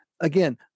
Again